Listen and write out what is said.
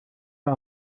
uhr